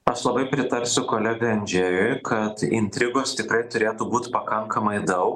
aš labai pritarsiu kolegai andžėjui kad intrigos tikrai turėtų būt pakankamai daug